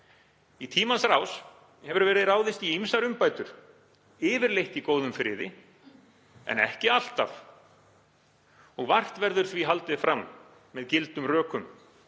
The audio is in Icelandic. Í tímans rás hefur verið ráðist í ýmsar umbætur, yfirleitt í góðum friði en ekki alltaf. Og vart verður því haldið fram með gildum rökum